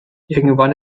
irgendwann